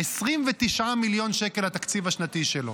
29 מיליון שקל התקציב השנתי שלו,